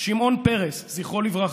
שמעון פרס, זכרו לברכה,